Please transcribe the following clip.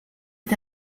est